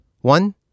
One